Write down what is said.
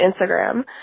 Instagram